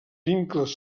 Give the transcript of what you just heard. vincles